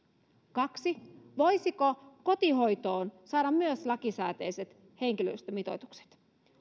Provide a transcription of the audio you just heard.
kaksi voisiko kotihoitoon myös saada lakisääteiset henkilöstömitoitukset